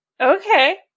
Okay